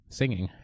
singing